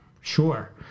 sure